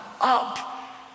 up